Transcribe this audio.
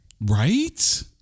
Right